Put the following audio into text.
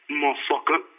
motherfucker